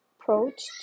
approach